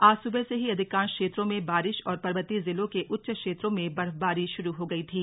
आज सुबह से ही अधिकांश क्षेत्रों में बारिश और पर्वतीय जिलों के उच्च क्षेत्रों में बर्फबारी शुरू हो गई थी